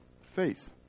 faith